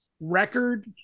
record